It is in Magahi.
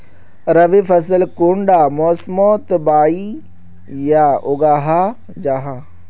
रवि फसल कुंडा मोसमोत बोई या उगाहा जाहा?